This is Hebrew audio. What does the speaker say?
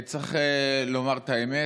צריך לומר את האמת: